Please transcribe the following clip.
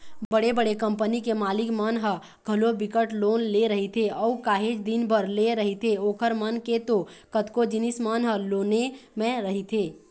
बड़े बड़े कंपनी के मालिक मन ह घलोक बिकट लोन ले रहिथे अऊ काहेच दिन बर लेय रहिथे ओखर मन के तो कतको जिनिस मन ह लोने म रहिथे